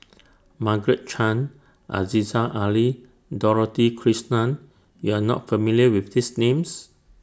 Margaret Chan Aziza Ali Dorothy Krishnan YOU Are not familiar with These Names